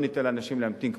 לא ניתן לאנשים להמתין,